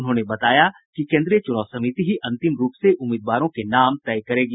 उन्होंने बताया कि केन्द्रीय चुनाव समिति ही अंतिम रूप से उम्मीदवारों के नाम तय करेगी